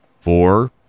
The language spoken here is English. four